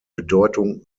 bedeutung